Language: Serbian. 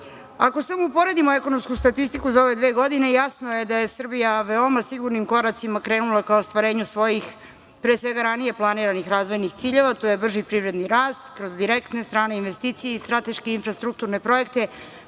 ako samo uporedimo ekonomsku statistiku za ove dve godine, jasno je da je Srbija veoma sigurnim koracima krenula ka ostvarenju svojih, pre svega, ranije planiranih razvojnih ciljeva, a to je brži privredni rast kroz direktne strane investicije i strateške infrastrukturne projekte,